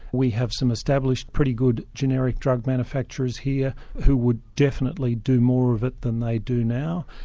we have some established pretty good generic drug manufacturers here who would definitely do more of it than they do now,